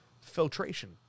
filtration